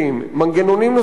מנגנונים נוספים,